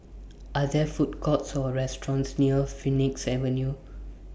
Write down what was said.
Are There Food Courts Or restaurants near Phoenix Avenue